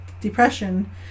depression